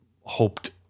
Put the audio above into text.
hoped